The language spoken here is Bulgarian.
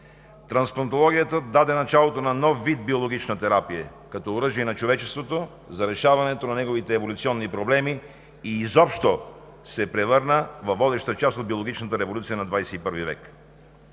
Трансплантологията даде началото на нов вид биологична терапия като оръжие на човечеството за решаването на неговите еволюционни проблеми и изобщо се превърна във водеща част от биологичната революция на 21 век.